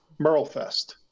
Merlefest